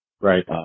Right